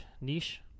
Niche